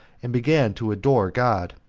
and began to adore god,